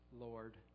Lord